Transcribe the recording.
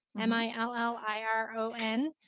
M-I-L-L-I-R-O-N